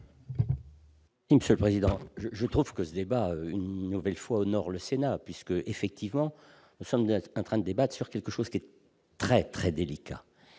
Monsieur le président je, je trouve que ce débat une nouvelle fois au nord, le Sénat puisque effectivement nous sommes dans un train débattent sur quelque chose qui est très, très délicat